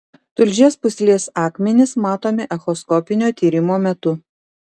tulžies pūslės akmenys matomi echoskopinio tyrimo metu